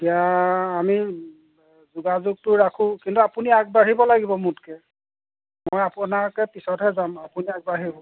এতিয়া আমি যোগাযোগটো ৰাখোঁ কিন্তু আপুনি আগবাঢ়িব লাগিব মোতকৈ মই আপোনাতকে পিছতহে যাম আপুনি আগবাঢ়িব